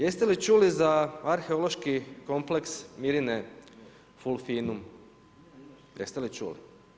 Jeste li čuli za arheološki kompleks Mirine Fulfinum, jeste li čuli?